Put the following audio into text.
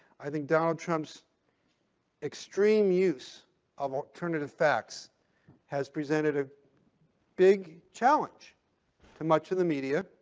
i think donald trump's extreme use of alternative facts has presented big challenge to much in the media,